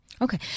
Okay